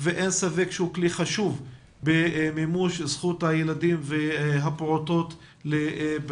אין ספק שהוא כלי חשוב במימוש הזכות של הילדים והפעוטות לבריאות.